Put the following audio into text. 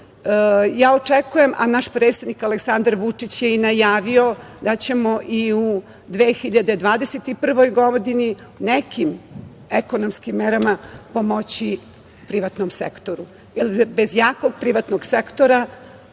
očekujem a i naš predsednik Aleksandar Vučić je najavio da ćemo i u 2021. godini nekim ekonomskim merama pomoći privatnom sektoru. Jer, bez jakog privatnog sektora